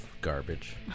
garbage